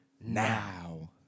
Now